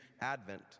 Advent